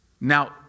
Now